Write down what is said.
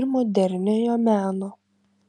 ir moderniojo meno